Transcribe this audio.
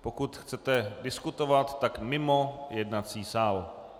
Pokud chcete diskutovat, tak mimo jednací sál.